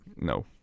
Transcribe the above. no